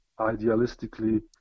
idealistically